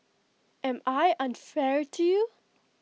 am I unfair to you